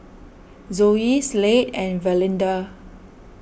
Zoe Slade and Valinda